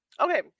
Okay